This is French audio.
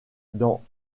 dans